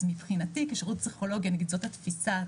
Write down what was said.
אז מבחינתי כשירות פסיכולוגי זאת התפיסה.